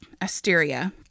Asteria